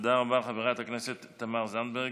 תודה רבה, חברת הכנסת תמר זנדברג.